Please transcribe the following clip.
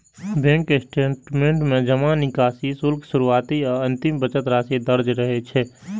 bank statement में जमा, निकासी, शुल्क, शुरुआती आ अंतिम बचत राशि दर्ज रहै छै